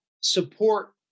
support